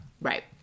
Right